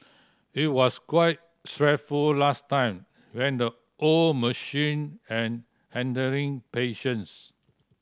it was quite stressful last time when the old machine and handling patients